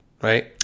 right